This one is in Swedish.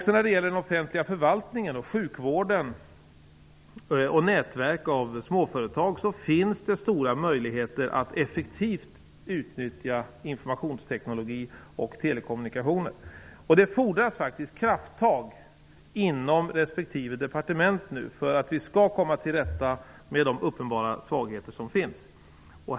Även när det gäller den offentliga förvaltningen, sjukvården och nätverk av småföretag finns det stora möjligheter att effektivt utnyttja informationsteknologin och telekommunikationer. Det fordras faktiskt krafttag inom respektive departement för att vi skall komma till rätta med de uppenbara svagheter som finns.